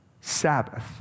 Sabbath